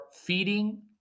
feeding